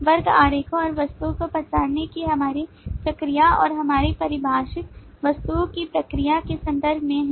वर्ग आरेखों और वस्तुओं को पहचानने की हमारी प्रक्रिया और हमारी परिभाषित वस्तुओं की प्रक्रिया के संदर्भ में हैं